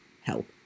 help